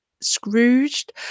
scrooged